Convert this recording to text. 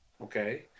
Okay